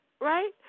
right